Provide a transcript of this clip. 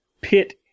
pit